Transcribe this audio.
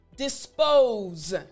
Dispose